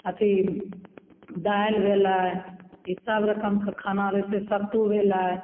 अथी दालि भेलै ईसब रकमके खाना दै छिए सत्तू भेलै